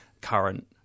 current